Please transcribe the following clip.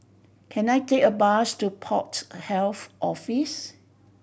can I take a bus to Port Health Office